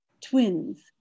Twins